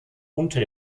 unter